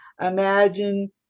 imagine